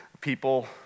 people